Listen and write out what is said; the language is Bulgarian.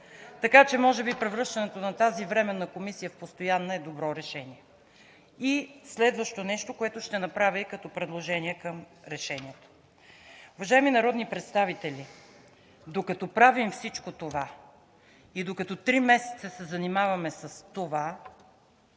така че може би превръщането на тази временна комисия в постоянна е добро решение. И следващото нещо, което ще направя е като предложение към решението. Уважаеми народни представители, докато правим всичко това и докато три месеца се занимаваме с това,